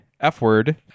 F-word